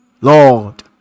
lord